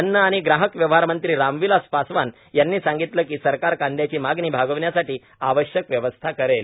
अन्न आणि ग्राहक व्यवहार मंत्री रामविलास पासवान यांनी सांगितलं की सरकार कांदयाची मागणी भागवण्यासाठी आवश्यक व्यवस्था करेल